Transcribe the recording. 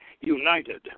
united